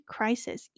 Crisis